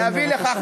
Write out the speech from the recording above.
בבקשה.